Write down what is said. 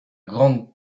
grande